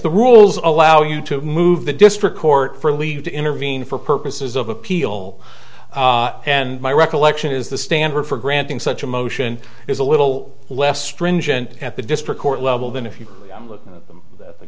the rules allow you to move the district court for leave to intervene for purposes of appeal and my recollection is the standard for granting such a motion is a little less stringent at the district court level than if you look at the